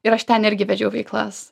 ir aš ten irgi vedžiau veiklas